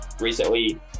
recently